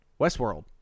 westworld